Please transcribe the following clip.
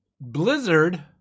Blizzard